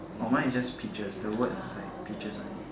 oh mine is just peaches the word is like peaches only